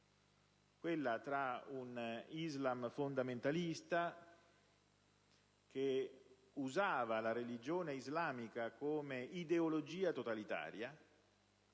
una parte, un Islam fondamentalista, che usava la religione islamica come ideologia totalitaria,